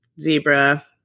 Zebra